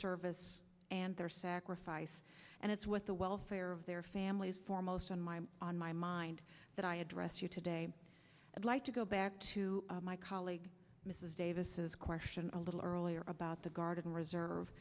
service and their sacrifice and it's with the welfare of their families foremost on my on my mind that i address you today i'd like to go back to my colleague mrs davis's question a little earlier about the guard and reserve